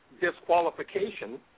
disqualification